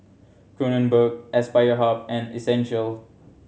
Kronenbourg Aspire Hub and Essential